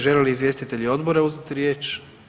Žele li izvjestitelji odbora uzeti riječ?